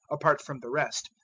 apart from the rest,